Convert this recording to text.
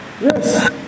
Yes